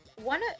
one